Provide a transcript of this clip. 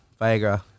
Viagra